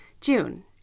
June